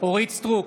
אורית מלכה סטרוק,